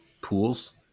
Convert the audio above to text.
pools